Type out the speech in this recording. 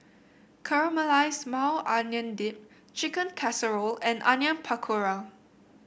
Caramelized Maui Onion Dip Chicken Casserole and Onion Pakora